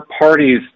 parties